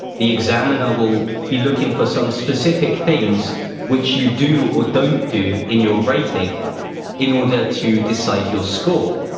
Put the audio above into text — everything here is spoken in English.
the examiner will be looking for some specific things which you do or don't do in your writing in order to decide your score.